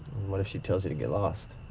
what if she tells you to get lost?